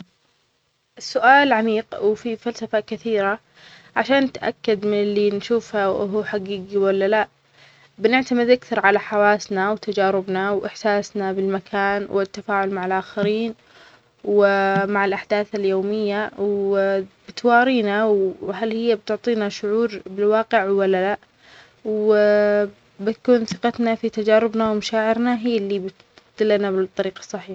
السؤال عميق وفيه فلسفة كثيرة عشان نتأكد من اللي نشوفه هو حقيقي ولا لأ بنعتمد أكثر على حواسنا وتجاربنا وإحساسنا بالمكان والتفاعل مع الآخرين ومع الأحداث اليومية و بتوارينا وهل هي بتعطينا شعور بالواقع ولا لا وبتكون ثقتنا في تجاربنا ومشاعرنا هي اللي بتدلنا بالطريق الصحيح